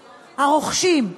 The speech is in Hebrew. הרוכשים,